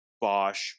Bosch